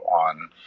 on